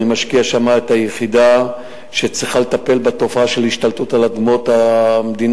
אני משקיע שם את היחידה שצריכה לטפל בתופעה של השתלטות על אדמות המדינה,